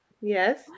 Yes